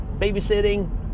babysitting